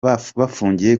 bafungiye